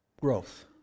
growth